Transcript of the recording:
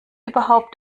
überhaupt